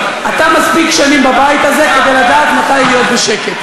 אתה מספיק שנים בבית הזה כדי לדעת מתי להיות בשקט.